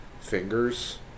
fingers